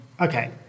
okay